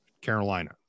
Carolina